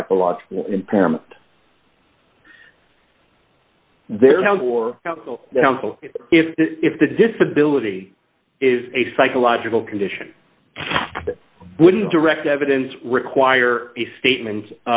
psychological impairment there now for if if the disability is a psychological condition wouldn't direct evidence require a statement